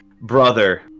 brother